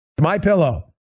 MyPillow